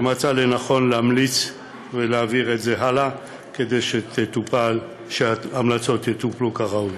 שמצא לנכון להמליץ ולהעביר את זה הלאה כדי שההמלצות יטופלו כראוי.